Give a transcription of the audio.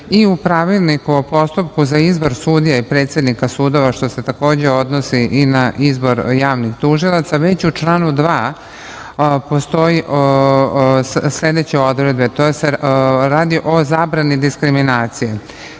i u Pravilniku o postupku za izbor sudija i predsednika sudova, što se takođe odnosi i na izbor javnih tužilaca, već u članu 2. postoje sledeće odredbe, radi se o zabrani diskriminacije.